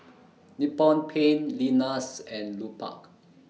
Nippon Paint Lenas and Lupark